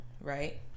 right